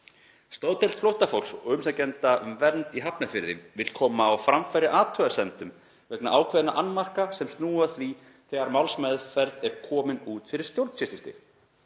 „Stoðdeild flóttafólks og umsækjenda um vernd í Hafnarfirði vill koma á framfæri athugasemdum vegna ákveðinna annmarka sem snúa að því þegar málsmeðferð er komin út fyrir stjórnsýslustig.